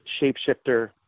shapeshifter